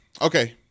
Okay